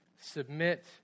Submit